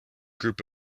group